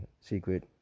Secret